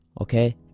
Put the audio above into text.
okay